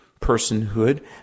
personhood